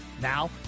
now